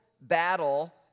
battle